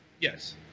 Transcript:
Yes